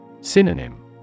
Synonym